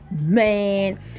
Man